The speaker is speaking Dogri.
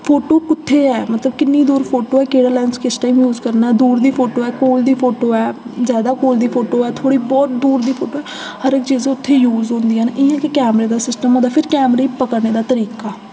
फोटो कुत्थै ऐ मतलब किन्नी दूर फोटो ऐ केह्ड़ा लैंस किस टाइम यूज करना ऐ दूर दी फोटो ऐ कोल दी फोटो ऐ ज्यादा कोल दी फोटो ऐ थोह्ड़ी बोह्त दूर दी फोटो ऐ हर इक चीज उत्थै यूज होंदियां न इ'यां क कैमरे दा सिस्टम होंदा ऐ फिर कैमरे गी पकड़ने दा तरीका